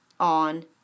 on